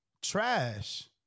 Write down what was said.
trash